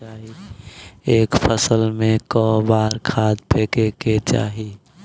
एक फसल में क बार खाद फेके के चाही?